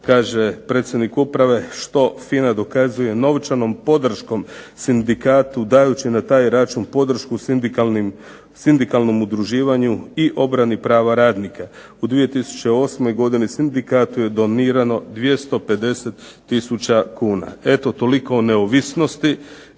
kaže predsjednik uprave što FINA dokazuje novčanom podrškom sindikatu dajući na taj račun podršku sindikalnom udruživanju i obrani prava radnika. U 2008. godini sindikatu je donirano 250 tisuća kuna. Eto toliko o neovisnosti